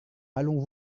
allons